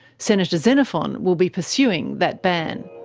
senator xenophon will be pursuing that ban.